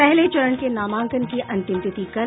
पहले चरण के नामांकन की अंतिम तिथि कल